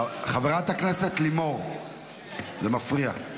חברת הכנסת לימור, זה מפריע.